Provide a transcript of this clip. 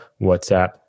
WhatsApp